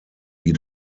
die